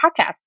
Podcast